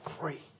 free